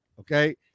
Okay